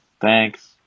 Thanks